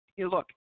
look